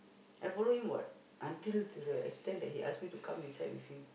I follow him what until to the extent that he ask me to come inside with him